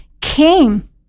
came